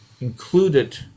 included